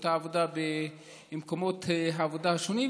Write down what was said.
אותה עבודה במקומות העבודה השונים,